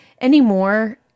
anymore